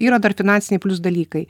yra dar finansiniai plius dalykai